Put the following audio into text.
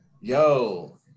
Yo